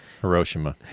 Hiroshima